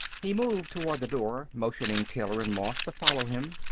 he moved toward the door, motioning taylor and moss to follow him.